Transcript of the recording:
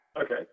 Okay